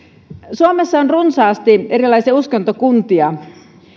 suomessa on runsaasti erilaisia uskontokuntia